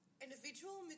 individual